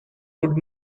would